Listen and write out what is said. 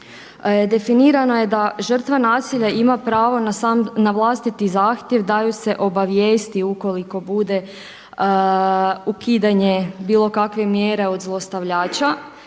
Definirano je da žrtva nasilja ima pravo na vlastiti zahtjev daju se obavijesti ukoliko bude ukidanje bilo kakvih mjera od zlostavljača.